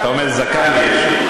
גפני, אתה אומר, זקן יש לי.